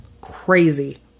Crazy